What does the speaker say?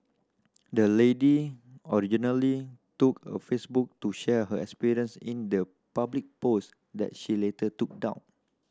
the lady originally took a Facebook to share her experience in the public post that she later took down